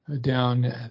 down